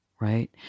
right